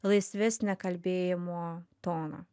laisvesnę kalbėjimo toną